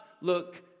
look